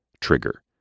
trigger